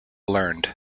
learned